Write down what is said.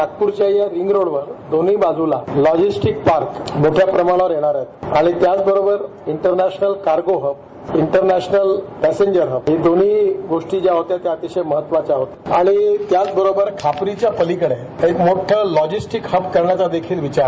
नागपूरच्या या रिंग रोडवर दोन्ही बाज्ला लॉजिस्टीक पार्क मोठ्या प्रमाणावर होणार आहे आणि त्याच बरोबर international cargo hub international passenger hub या दोन्ही गोष्टी अतिशय महत्वाच्या होत्या आणि त्याच बरोबर खापरीच्या पलिकडे एक मोठं लॉजिस्टीक हब करण्याचा देखील विचार आहे